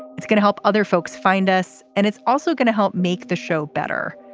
it's going to help other folks find us. and it's also going to help make the show better.